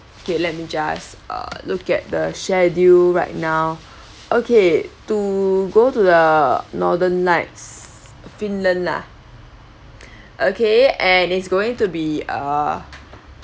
okay let me just uh look at the schedule right now okay to go to the northern lights finland lah okay and it's going to be uh